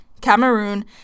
Cameroon